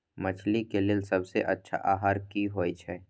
मछली के लेल सबसे अच्छा आहार की होय छै?